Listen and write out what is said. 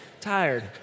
Tired